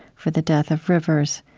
for the death of rivers,